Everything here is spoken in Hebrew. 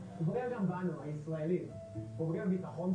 חייבת להיות גם אכיפה לטווח הקצר,